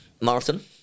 marathon